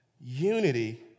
unity